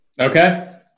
Okay